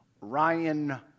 Ryan